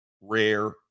rare